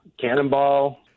Cannonball